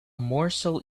morsel